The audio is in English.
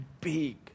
big